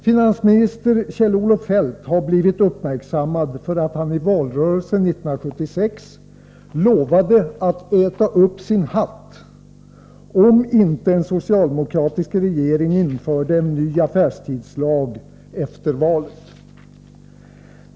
Finansminister Kjell-Olof Feldt har blivit uppmärksammad för att han i valrörelsen 1976 lovade att äta upp sin hatt om inte en socialdemokratisk regering införde en ny affärstidslag efter valet.